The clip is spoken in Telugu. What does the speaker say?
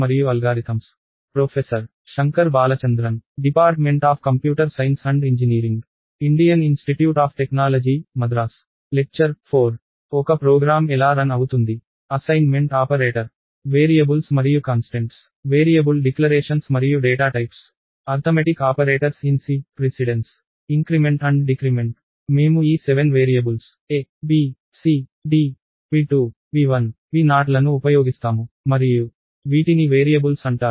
మేము ఈ 7 variables a b c d p2 p1 p0 లను ఉపయోగిస్తాము మరియు వీటిని వేరియబుల్స్ అంటారు